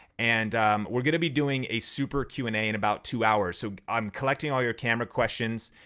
and we're gonna be doing a super q and a in about two hours. so i'm collecting all your camera questions.